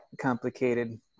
complicated